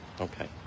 Okay